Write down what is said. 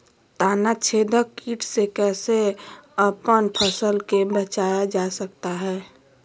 तनाछेदक किट से कैसे अपन फसल के बचाया जा सकता हैं?